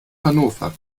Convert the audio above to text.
hannover